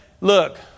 look